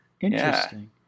Interesting